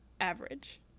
Average